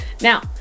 Now